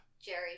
Jerry